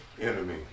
enemy